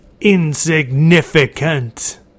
insignificant